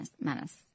Menace